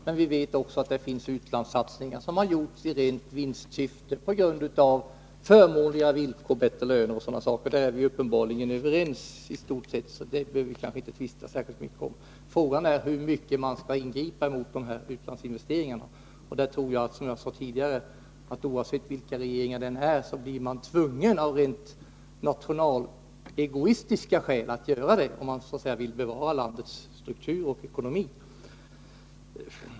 Men vi vet att det också har gjorts utlandssatsningar i rent vinstsyfte, på grund av förmånligare villkor, bättre löner och sådana saker. På den punkten är vi uppenbarligen överens, så det behöver vi kanske inte tvista särskilt mycket om. Frågan är hur mycket regeringen skall ingripa mot sådana här utlandsinvesteringar. Som jag sade tidigare tror jag att man så småningom — oavsett vilken regering som sitter vid makten — av rent nationalegoistiska skäl kommer att bli tvungen att ingripa, om man vill bevara landets struktur och ekonomi.